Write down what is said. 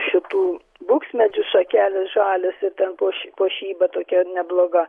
šitų buksmedžių šakelės žalios ir ten puošy puošyba tokia nebloga